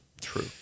true